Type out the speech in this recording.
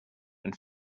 and